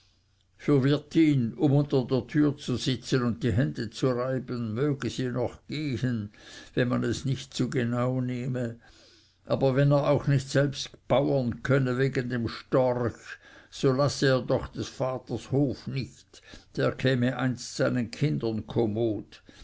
unter der türe zu sitzen und die hände zu reiben möge sie noch gehen wenn man es nicht zu genau nehme aber wenn er auch nicht selbst bauern könne wegen dem storch so lasse er doch des vaters hof nicht der käme einst seinen kindern kommod